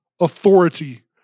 authority